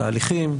תהליכים,